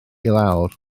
lawr